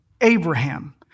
Abraham